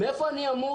מאיפה אני אמור,